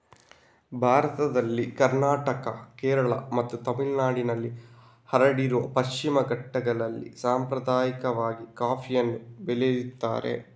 ಭಾರತದಲ್ಲಿ ಕರ್ನಾಟಕ, ಕೇರಳ ಮತ್ತು ತಮಿಳುನಾಡಿನಲ್ಲಿ ಹರಡಿರುವ ಪಶ್ಚಿಮ ಘಟ್ಟಗಳಲ್ಲಿ ಸಾಂಪ್ರದಾಯಿಕವಾಗಿ ಕಾಫಿಯನ್ನ ಬೆಳೀತಾರೆ